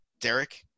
Derek